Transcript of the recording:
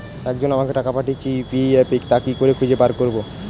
একজন আমাকে টাকা পাঠিয়েছে ইউ.পি.আই অ্যাপে তা কি করে খুঁজে বার করব?